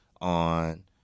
on